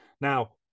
Now